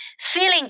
Feeling